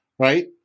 Right